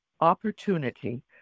opportunity